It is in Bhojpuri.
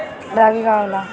रागी का होला?